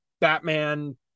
Batman